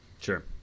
Sure